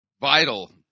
Vital